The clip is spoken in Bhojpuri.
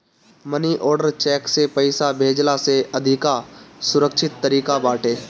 मनी आर्डर चेक से पईसा भेजला से अधिका सुरक्षित तरीका बाटे